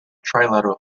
trilateral